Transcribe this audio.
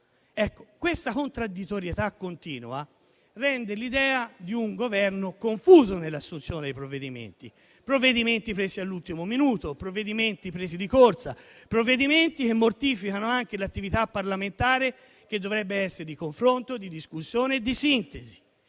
Questa contraddittorietà continua rende l'idea di un Governo confuso nell'assunzione dei provvedimenti: provvedimenti presi all'ultimo minuto, provvedimenti presi di corsa, provvedimenti che mortificano anche l'attività parlamentare, che dovrebbe essere di confronto, di discussione e di sintesi,